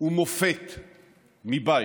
ומופת מבית.